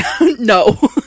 No